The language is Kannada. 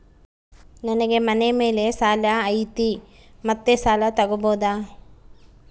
ನನಗೆ ಮನೆ ಮೇಲೆ ಸಾಲ ಐತಿ ಮತ್ತೆ ಸಾಲ ತಗಬೋದ?